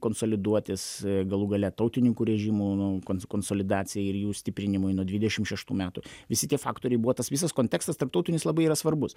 konsoliduotis galų gale tautininkų režimo nu kon konsolidacijai ir jų stiprinimui nuo dvidešim šeštų metų visi tie faktoriai buvo tas visas kontekstas tarptautinis labai yra svarbus